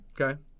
okay